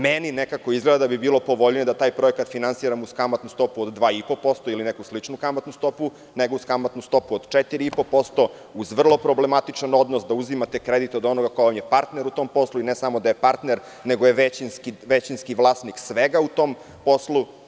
Meni nekako izgleda da bi bilo povoljnije da taj projekta finansiramo uz kamatnu stopu od 2,5% ili neku sličnu kamatnu stopu, nego uz kamatnu stopu od 4,5% uz vrlo problematičan odnos da uzimate kredit od onoga ko vam je partner u tom poslu i ne samo da je partner nego je većinski vlasnik svega u tom poslu.